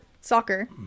soccer